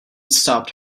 stopped